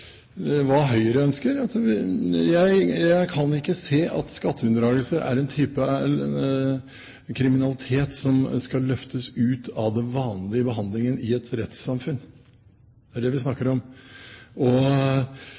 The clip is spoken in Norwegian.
Hva Høyre ønsker? Jeg kan ikke se at skatteunndragelser er en type kriminalitet som skal løftes ut av den vanlige behandlingen i et rettssamfunn. Det er det vi snakker om. Og vanlig kriminalitet har ingen legitimitet ute blant folk, rett og